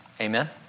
Amen